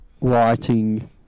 writing